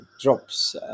drops